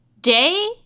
day